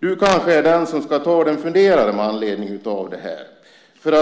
Du är kanske den som ska ta dig en funderare med anledning av detta.